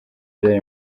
byari